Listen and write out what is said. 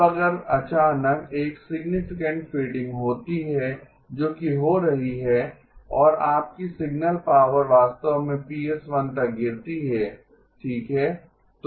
अब अगर अचानक एक सिग्नीफिकेंट फ़ेडिंग होती है जो कि हो रही है और आपकी सिग्नल पावर वास्तव में Ps1 तक गिरती है ठीक है